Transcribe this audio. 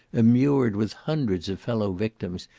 immured with hundreds of fellow victims,